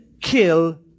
kill